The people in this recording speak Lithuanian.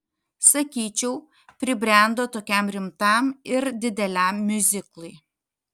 sakyčiau pribrendo tokiam rimtam ir dideliam miuziklui